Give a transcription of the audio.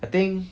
I think